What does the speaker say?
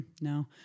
no